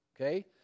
Okay